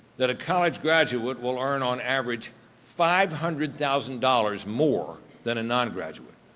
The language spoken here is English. that college graduate will earn on average five hundred thousand dollars more than a non-graduate.